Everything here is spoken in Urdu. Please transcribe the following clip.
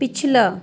پچھلا